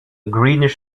greenish